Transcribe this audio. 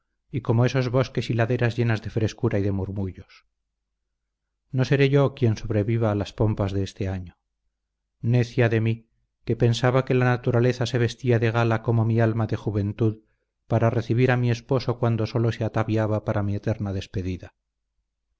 y como esos bosques y laderas llenas de frescura y de murmullos no seré yo quien sobreviva a las pompas de este año necia de mí que pensaba que la naturaleza se vestía de gala como mi alma de juventud para recibir a mi esposo cuando sólo se ataviaba para mi eterna despedida